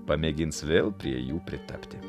pamėgins vėl prie jų pritapti